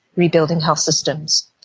rebuilding health systems.